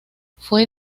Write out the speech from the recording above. fue